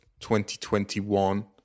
2021